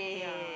yeah